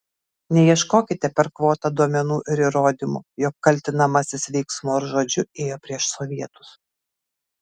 neieškokite per kvotą duomenų ir įrodymų jog kaltinamasis veiksmu ar žodžiu ėjo prieš sovietus